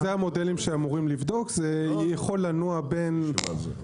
אלו המודלים שאמורים לבדוק, זה יכול לנוע בין